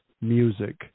music